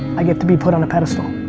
i get to be put on a pedestal.